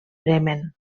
bremen